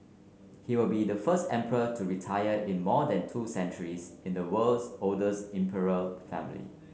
he will be the first emperor to retire in more than two centuries in the world's oldest imperial family